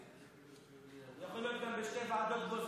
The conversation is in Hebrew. הוא יכול להיות גם בשתי ועדות בו זמנית,